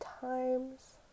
times